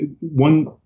one